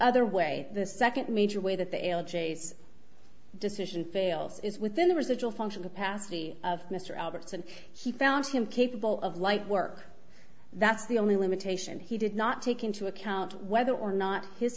other way the second major way that the l g s decision fails is within the residual function the passage of mr alberts and he found him capable of light work that's the only limitation he did not take into account whether or not his